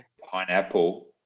pineapple